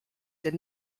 did